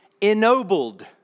ennobled